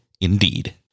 Indeed